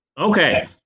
Okay